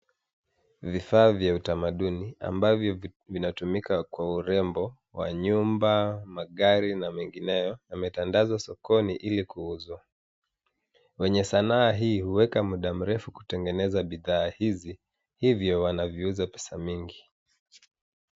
Vifaa vya utamanduni ambavyo vinatumika kwa urembo wa nyumba, magari na mengineyo yametandazwa sokoni ili kuuzwa. Wenye sanaa ii huweka muda mrefu kutegeneza bidhaa hizi hivyo wanaviuza pesa mingi.